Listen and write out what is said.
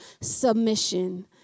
submission